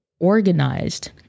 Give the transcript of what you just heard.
organized